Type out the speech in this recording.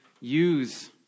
use